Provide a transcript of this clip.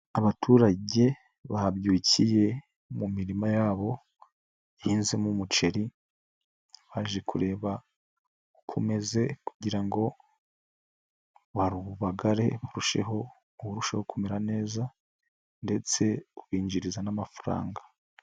Abaturage babyukiye mu mirima yabo ihinzemo umuceri baje kureba uko umeze kugira ngo bawubagare irusheho kumera neza ndetse ubinjiriza n'amafaranga.